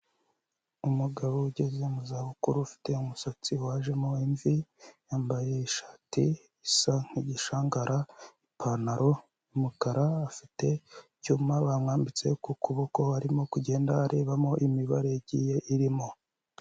Umugabo ugeze mu za bukuru ufite umusatsi wajemo imvi, yambaye ishati isa nk'igishangara, ipantaro y'umukara, afite icyuma bamwambitse ku kuboko, arimo kugenda arebamo imibare igiye irimo.